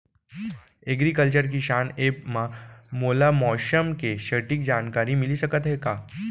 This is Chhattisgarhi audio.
एग्रीकल्चर किसान एप मा मोला मौसम के सटीक जानकारी मिलिस सकत हे का?